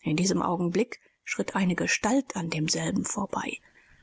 in diesem augenblick schritt eine gestalt an demselben vorbei